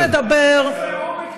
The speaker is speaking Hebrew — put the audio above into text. אבל עכשיו בוא נדבר, איזה עומק טיעונים.